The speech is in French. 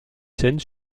scènes